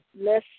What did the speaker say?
Less